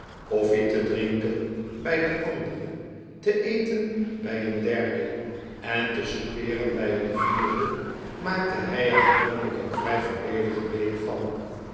koffie te drinken bij den andere te eten bij een derde en te soupeeren bij een vierde maakte hij er gewoonlijk een vrij voordeelige week van